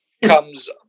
comes